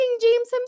James